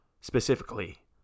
specifically